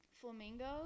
flamingos